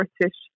British